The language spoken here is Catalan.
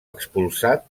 expulsat